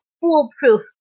foolproof